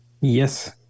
yes